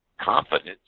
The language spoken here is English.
confidence